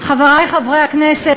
חברי חברי הכנסת,